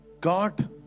God